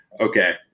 okay